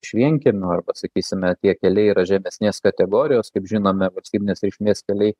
iš vienkiemių arba sakysime tie keliai yra žemesnės kategorijos kaip žinome valstybinės reikšmės keliai